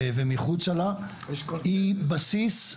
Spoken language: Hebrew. ומחוצה לה, היא בסיס,